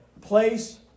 place